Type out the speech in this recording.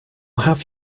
have